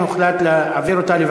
ההצעה להעביר את הצעת חוק התאמת יצירות,